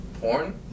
Porn